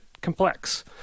complex